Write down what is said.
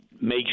make